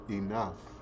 enough